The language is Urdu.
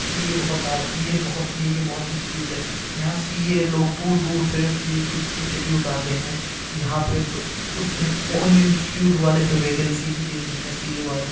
سی اے بہت سی اے بہت سی اے کے بہت انسٹیٹیوٹ ہیں یہاں سی اے لوگ دور دور سے سی اے کے انسٹیٹیوٹ آتے ہیں یہاں پہ اس ان انسٹیٹیوٹ والے پھر ویکینسی بھی دیتے ہیں سی اے والوں